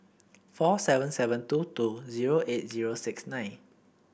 four seven seven two two zero eight zero six nine